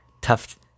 Tough